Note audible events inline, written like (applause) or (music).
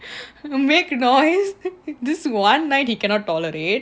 (breath) make noise (laughs) this one now he cannot tolerate